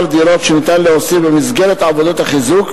הדירות שאפשר להוסיף במסגרת עבודות החיזוק,